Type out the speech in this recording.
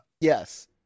yes